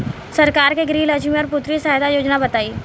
सरकार के गृहलक्ष्मी और पुत्री यहायता योजना बताईं?